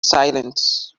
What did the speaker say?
silence